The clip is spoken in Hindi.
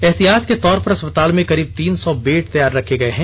एहतियात के तौर पर अस्पताल में करीब तीन सौ बैड तैयार रखे गये हैं